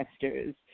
investors